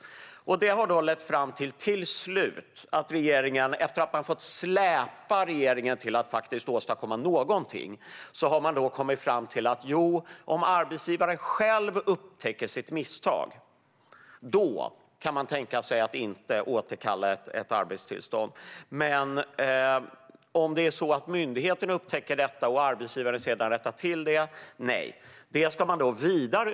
Det här har till slut - efter att vi har fått släpa fram regeringen att åstadkomma någonting - lett fram till att regeringen nu säger att om arbetsgivaren själv upptäcker sitt misstag kan man tänka sig att ett arbetstillstånd inte behöver återkallas. Men om myndigheten upptäcker detta och arbetsgivaren sedan rättar till det måste det hela utredas vidare.